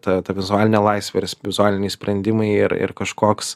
ta ta vizualinė laisvė ir vizualiniai sprendimai ir ir kažkoks